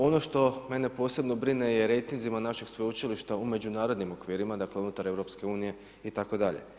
Ono što mene posebno brine je rejtinzi našeg sveučilišta u međunarodnim okvirima, dakle unutar EU itd.